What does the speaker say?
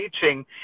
teaching